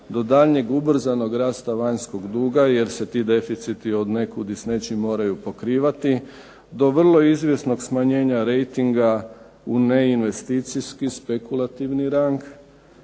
do daljnjeg ubrzanog rasta vanjskog duga jer se ti deficiti od nekud i s nečim moraju pokrivati, do vrlo izvjesnog smanjenja rejtinga u neinvesticijski, spekulativni rang